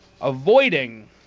Avoiding